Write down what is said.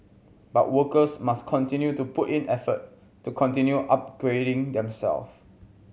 but workers must continue to put in effort to continue upgrading themself